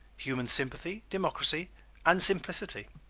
human sympathy, democracy and simplicity.